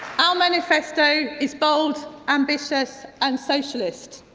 our manifesto is bold, ambitious and socialist.